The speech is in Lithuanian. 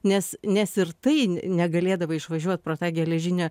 nes nes ir tai negalėdavai išvažiuot pro tą geležinę